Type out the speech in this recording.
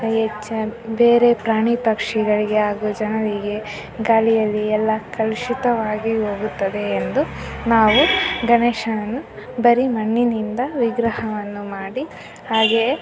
A ಚೆ ಬೇರೆ ಪ್ರಾಣಿ ಪಕ್ಷಿಗಳಿಗೆ ಹಾಗೂ ಜನರಿಗೆ ಗಾಳಿಯಲ್ಲಿ ಎಲ್ಲಾ ಕಲುಷಿತವಾಗಿ ಹೋಗುತ್ತದೆ ಎಂದು ನಾವು ಗಣೇಶನನ್ನು ಬರೀ ಮಣ್ಣಿನಿಂದ ವಿಗ್ರಹವನ್ನು ಮಾಡಿ ಹಾಗೆಯೇ